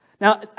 Now